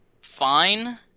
fine